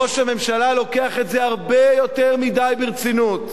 ראש הממשלה לוקח את זה הרבה יותר מדי ברצינות.